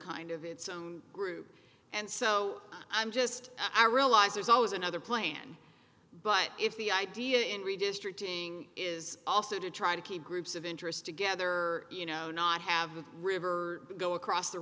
kind of its own group and so i'm just i realize there's always another plan but if the idea in redistricting is also to try to keep groups of interest together you know not have the river go across the